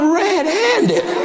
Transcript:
red-handed